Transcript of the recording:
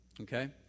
Okay